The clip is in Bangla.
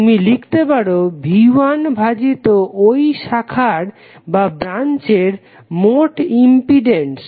তুমি লিখতে পারো V1 ভাজিত ঐ শাখার মোট ইম্পিডেন্স